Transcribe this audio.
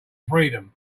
freedom